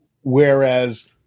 whereas